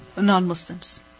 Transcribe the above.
Non-Muslims